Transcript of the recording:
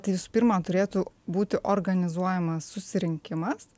tai visų pirma turėtų būti organizuojamas susirinkimas